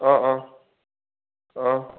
অঁ অঁ অঁ